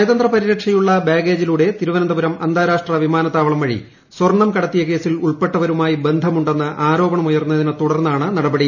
നയതന്ത പരിരക്ഷയുള്ള ബാഗേജിലൂടെ തിരുവനന്തപുരം അന്താരാഷ്ട്ര വിമാനത്താവളം വഴി സ്വർണ്ണം കടത്തിയ കേസിൽ ഉൾപ്പെട്ടവരുമായി ബന്ധമുണ്ടെന്ന് ആരോപണമുയർന്നതിനെ തുടർന്നാണ് നടപടി